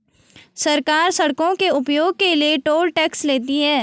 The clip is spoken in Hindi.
सरकार सड़कों के उपयोग के लिए टोल टैक्स लेती है